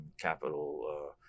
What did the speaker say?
capital